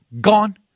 gone